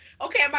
okay